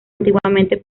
antiguamente